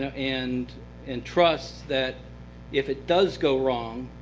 and and trust that if it does go wrong,